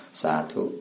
satu